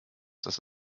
dass